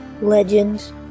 Legends